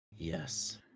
Yes